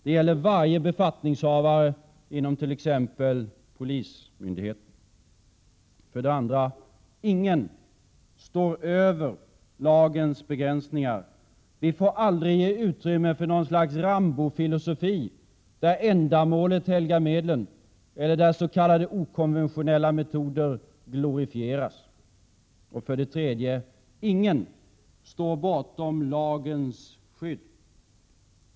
Det gäller varje befattningshavare inom t.ex. polismyndigheten. För det andra: Ingen står över lagens begränsningar. Vi får aldrig ge utrymme för något slags Rambor-filosofi, där ändamålet helgar medlen eller där s.k. okonventionella metoder glorifieras. För det tredje: Ingen står bortom lagens skydd.